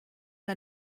der